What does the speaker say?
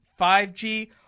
5G